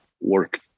work